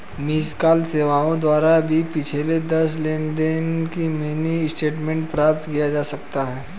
miss call सेवाओं द्वारा भी पिछले दस लेनदेन का मिनी स्टेटमेंट प्राप्त किया जा सकता है